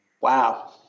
wow